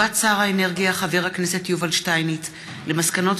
הודעת שר האנרגיה חבר הכנסת יובל שטייניץ על מסקנות